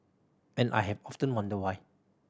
and I have often wondered why